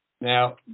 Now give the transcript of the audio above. Now